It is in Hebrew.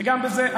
גם בזה,